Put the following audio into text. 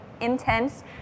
intense